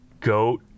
goat